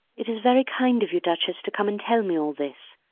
it is very kind of you, duchess, to come and tell me all this.